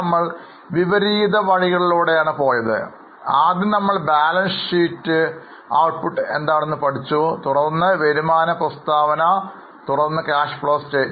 നമ്മൾ വിപരീത വഴിയിലൂടെയാണ് പോയത് ആദ്യം നമ്മൾ ബാലൻസ് ഷീറ്റ് ഔട്ട്പുട്ട് എന്താണെന്ന് പഠിച്ചുതുടർന്ന് വരുമാന പ്രസ്താവനതുടർന്ന്Cash Flow Statement